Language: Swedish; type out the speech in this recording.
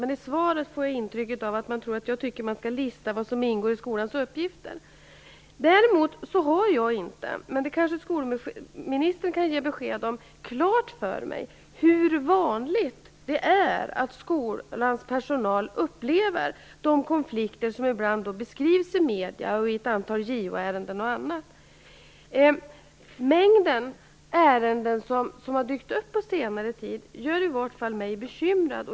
Men i svaret får jag intrycket att man tror att jag tycker att man skall lista vad som ingår i skolans uppgifter. Däremot har jag inte klart för mig - det kanske skolministern kan ge besked om - hur vanligt det är att skolans personal upplever de konflikter som ibland beskrivs i medier och i ett antal JO-ärenden. Mängden ärenden som har dykt upp på senare tid gör i varje fall mig bekymrad.